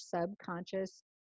subconscious